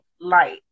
light